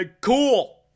Cool